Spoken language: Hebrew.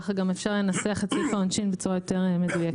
ככה גם אפשר לנסח את סעיף העונשין בצורה יותר מדויקת.